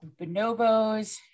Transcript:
Bonobos